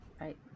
Right